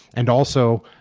and also,